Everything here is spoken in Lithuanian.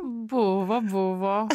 buvo buvo